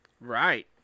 Right